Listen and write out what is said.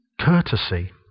courtesy